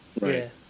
right